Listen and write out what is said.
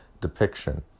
depiction